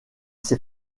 ses